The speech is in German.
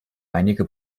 einige